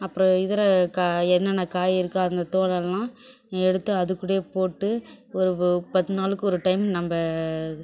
அப்புறம் இதர காய் என்னென்ன காய் இருக்கோ அந்த தோலெல்லாம் எடுத்து அது கூடயே போட்டு ஒரு பத்து நாளுக்கு ஒரு டைம் நம்ம